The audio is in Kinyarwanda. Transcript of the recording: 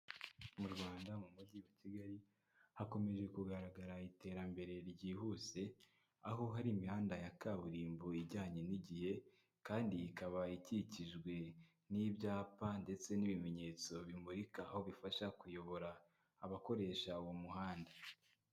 Mu Rwanda mu mujyi wa Kigali, hakomeje kugaragara iterambere ryihuse, aho hari imihanda ya kaburimbo ijyanye n'igihe kandi ikaba ikikijwe n'ibyapa ndetse n'ibimenyetso bimurika, aho bifasha kuyobora abakoresha uwo muhanda.